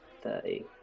thirty